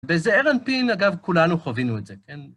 בזעיר אנפין, אגב, כולנו חווינו את זה, כן?